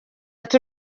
ati